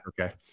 okay